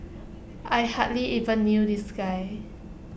I hardly even knew this guy